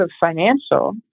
financial